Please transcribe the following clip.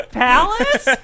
palace